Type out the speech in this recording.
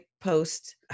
post